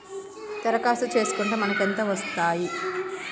దరఖాస్తు చేస్కుంటే మనకి ఎంత వస్తాయి?